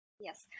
Yes